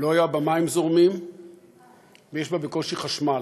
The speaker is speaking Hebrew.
לא היו בה מים זורמים ויש בה בקושי חשמל.